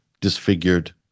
disfigured